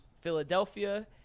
Philadelphia